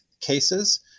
cases